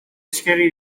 eskegi